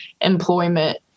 employment